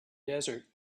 desert